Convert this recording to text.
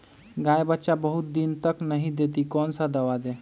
गाय बच्चा बहुत बहुत दिन तक नहीं देती कौन सा दवा दे?